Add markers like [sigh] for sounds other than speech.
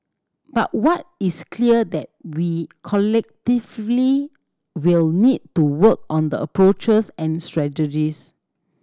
but what is clear that we [unintelligible] will need to work on the approaches and strategies